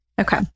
Okay